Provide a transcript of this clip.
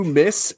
miss